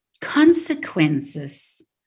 consequences